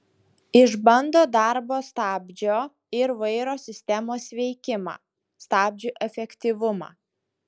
išbando darbo stabdžio ir vairo sistemos veikimą stabdžių efektyvumą